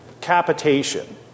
capitation